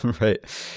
right